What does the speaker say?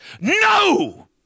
no